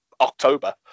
October